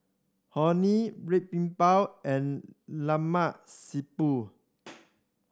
Orh Nee Red Bean Bao and Lemak Siput